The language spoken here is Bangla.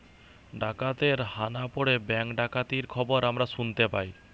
ডাকাতের হানা পড়ে ব্যাঙ্ক ডাকাতির খবর আমরা শুনতে পাই